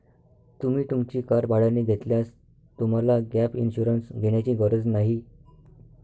तुम्ही तुमची कार भाड्याने घेतल्यास तुम्हाला गॅप इन्शुरन्स घेण्याची गरज नाही